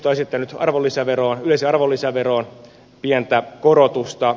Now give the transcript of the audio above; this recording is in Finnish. keskusta on esittänyt yleiseen arvonlisäveroon pientä korotusta